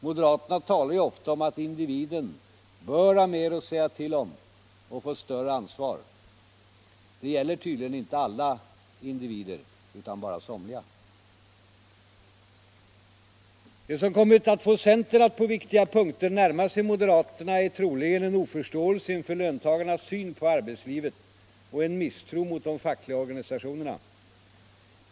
Moderaterna talar ju ofta om att individen bör ha mer att säga till om och få större ansvar. Det gäller tydligen inte alla individer, utan bara somliga. Det som kommit att få centern att på viktiga punkter närma sig moderaterna är troligen en oförståelse inför löntagarnas syn på arbetslivet och en misstro mot de fackliga organisationerna.